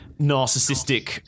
narcissistic